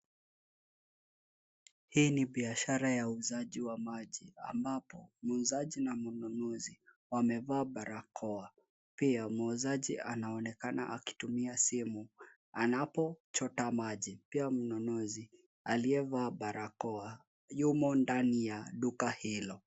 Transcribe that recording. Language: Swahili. Hii ni biashara ya uuzaji wa maji ambapo muuzaji na mnunuzi wamevaa barakoa. Pia muuzaji anaonekana akitumia simu anapo chota maji. Pia mnunuzi aliyavaa barakoa yumo ndani ya duka hilo.